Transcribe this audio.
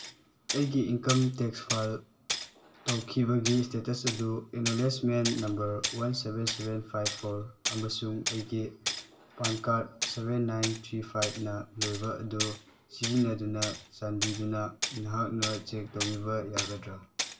ꯑꯩꯒꯤ income tax file ꯇꯧꯈꯤꯕꯒꯤ status ꯑꯗꯨ acknowledgement number one seven seven five four ꯑꯃꯁꯨꯡ ꯑꯩꯒꯤ PAN card seven nine three ꯐꯥꯏꯚꯅ ꯂꯣꯏꯕꯗꯨ ꯁꯤꯖꯤꯟꯅꯗꯨꯅ ꯆꯥꯟꯕꯤꯗꯨꯅ ꯅꯍꯥꯛꯅ ꯆꯦꯛ ꯇꯧꯕꯤꯕ ꯌꯥꯒꯗ꯭ꯔꯥ